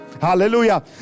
hallelujah